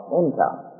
income